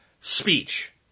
Speech